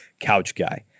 COUCHGUY